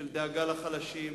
של דאגה לחלשים,